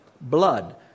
Blood